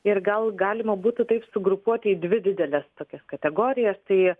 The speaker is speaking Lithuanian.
ir gal galima būtų taip sugrupuoti į dvi dideles tokias kategorijas tai